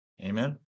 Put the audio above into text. Amen